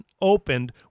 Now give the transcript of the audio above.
opened